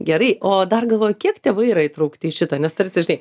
gerai o dar galvoju kiek tėvai yra įtraukti į šitą nes tarsi žinai